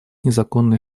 незаконный